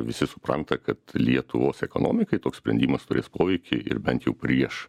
visi supranta kad lietuvos ekonomikai toks sprendimas turės poveikį ir bent jau prieš